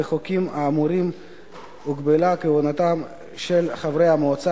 בחוקים האמורים הוגבלה כהונתם של חברי המועצה